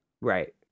right